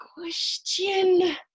question